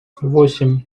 восемь